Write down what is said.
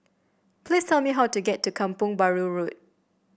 please tell me how to get to Kampong Bahru Road